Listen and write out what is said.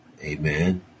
Amen